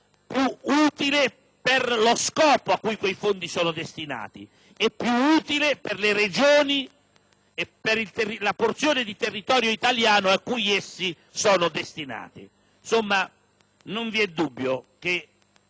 più utile per lo scopo a cui quei fondi sono destinati, più utile per le Regioni e per la porzione di territorio italiano a cui sono assegnati. Insomma, non vi è dubbio che